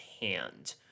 hand